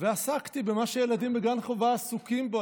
ועסקתי במה שילדים בגן חובה עסוקים בו,